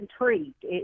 intrigued